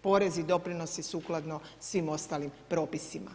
porezi i doprinosi sukladno svim ostalim propisima.